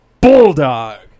bulldog